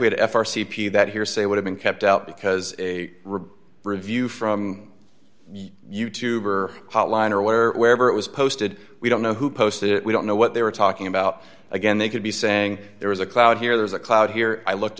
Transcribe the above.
we had f r c p that hearsay would have been kept out because a rip review from youtube or hotline or wherever it was posted we don't know who posted it we don't know what they were talking about again they could be saying there is a cloud here there's a cloud here i looked